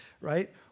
right